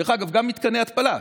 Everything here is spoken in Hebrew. דרך אגב, גם מתקני התפלה.